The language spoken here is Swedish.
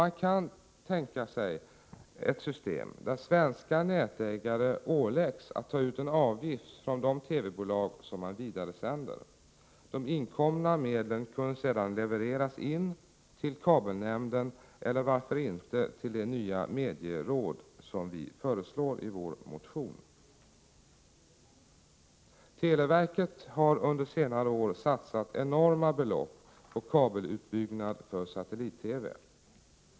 Man kan tänka sig ett system där svenska nätägare åläggs att ta ut en avgift från de TV-bolag som man vidaresänder. De inkomna medlen kunde sedan levereras in till kabelnämnden, eller varför inte till det nya medieråd som vi föreslår i vår motion? Televerket har under senare år satsat enorma belopp på kabelutbyggnad för satellit-TV.